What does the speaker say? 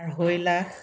আঢ়ৈ লাখ